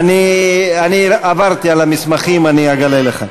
אני עברתי על המסמכים, אני אגלה לך.